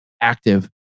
active